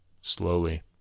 slowly